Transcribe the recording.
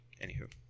Anywho